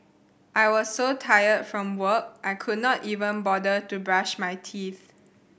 I was so tired from work I could not even bother to brush my teeth